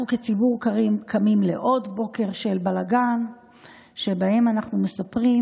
אנחנו כציבור קמים לעוד בוקר של בלגן שבו מספרים